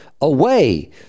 away